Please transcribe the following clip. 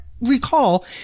recall